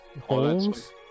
Holes